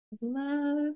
love